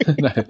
No